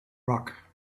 rock